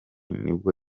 nibwo